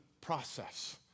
process